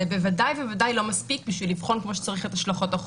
זה בוודאי לא מספיק בשביל לבחון כמו שצריך את השלכות החוק.